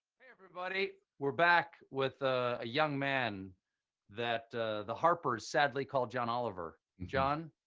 hey, everybody! we're back with a young man that the harpers sadly call john oliver. john.